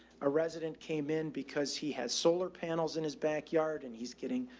ah resident came in because he has solar panels in his backyard and he's getting,